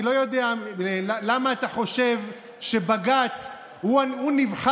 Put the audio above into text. אני לא יודע למה אתה חושב שבג"ץ הוא נבחר-העל